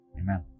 amen